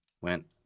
went